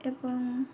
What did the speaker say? ଏବଂ